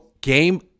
game